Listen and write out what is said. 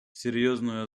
серьезную